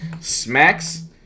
smacks